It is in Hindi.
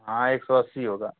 हाँ एक सौ अस्सी होगा